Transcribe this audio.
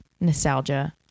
nostalgia